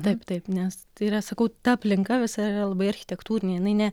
taip taip nes tai yra sakau ta aplinka visa yra labai architektūrinė jinai ne